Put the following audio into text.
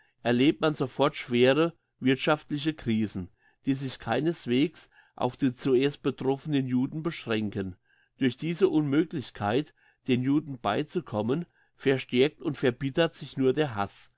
möchte erlebt man sofort schwere wirthschaftliche krisen die sich keineswegs auf die zuerst betroffenen juden beschränken durch diese unmöglichkeit den juden beizukommen verstärkt und verbittert sich nur der hass